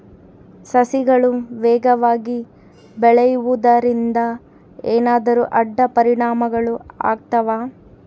ಸಸಿಗಳು ವೇಗವಾಗಿ ಬೆಳೆಯುವದರಿಂದ ಏನಾದರೂ ಅಡ್ಡ ಪರಿಣಾಮಗಳು ಆಗ್ತವಾ?